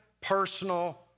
personal